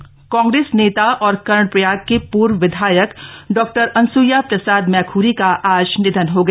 मैखरी निधन कांग्रेस नेता और कर्णप्रयाग के पूर्व विधायक डॉ अन्सूया प्रसाद मैख्री का आज निधन हो गया